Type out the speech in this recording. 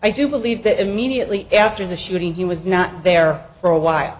i do believe that immediately after the shooting he was not there for a while